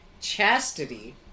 Chastity